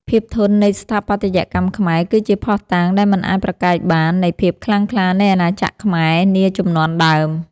ភាពធន់នៃស្ថាបត្យកម្មខ្មែរគឺជាភស្តុតាងដែលមិនអាចប្រកែកបាននៃភាពខ្លាំងក្លានៃអាណាចក្រខ្មែរនាជំនាន់ដើម។